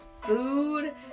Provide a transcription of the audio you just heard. food